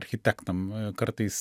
architektam kartais